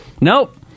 Nope